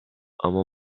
ama